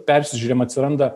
persižiūrim atsiranda